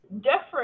different